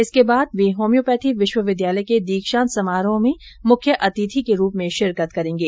इसके बाद वे होम्योपैथी विश्वविद्यालय के दीक्षांत समारोह में मुख्य अतिथि के रुप में शिरकत करेंगे